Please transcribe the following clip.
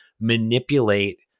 manipulate